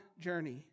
journey